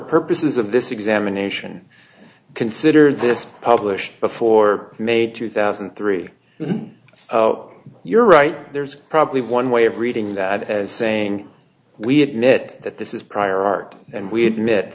purposes of this examination consider this published before may two thousand and three you're right there's probably one way of reading that as saying we admit that this is prior art and we admit